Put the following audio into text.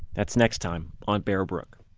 that's next time on bear brook